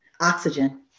Oxygen